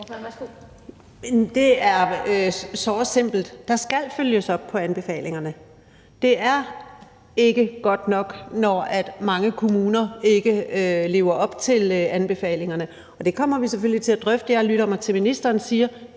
Det er såre simpelt. Der skal følges op på anbefalingerne. Det er ikke godt nok, når mange kommuner ikke lever op til anbefalingerne, og det kommer vi selvfølgelig til at drøfte. Jeg lytter mig til, at ministeren siger: